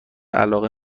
علاقه